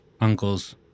Uncle's